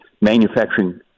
manufacturing